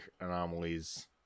anomalies